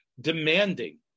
demanding